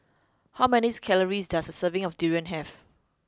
how many calories does a serving of durian have